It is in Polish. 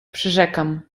przyrzekam